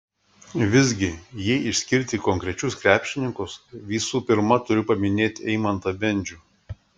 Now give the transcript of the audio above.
visgi jei išskirti konkrečius krepšininkus visų pirma turiu paminėti eimantą bendžių